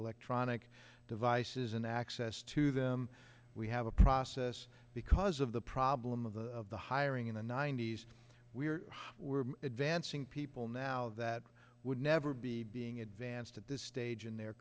electronic devices and access to them we have a process because of the problem of hiring in the ninety's we were advancing people now that would never be being advanced at this stage in their